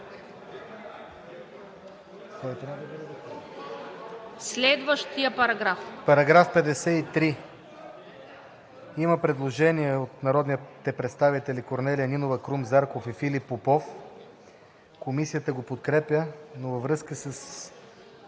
РАДОСТИН ВАСИЛЕВ: По § 53 има предложение от народните представители Корнелия Нинова, Крум Зарков и Филип Попов. Комисията го подкрепя, но във връзка с